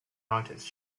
artist